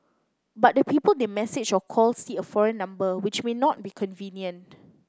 but the people they message or call see a foreign number which may not be convenient